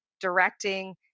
directing